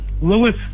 Lewis